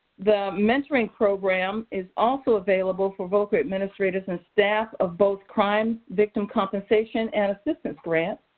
the mentoring program is also available for voca administrators and staff of both crime victim compensation and assistance grants.